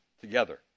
together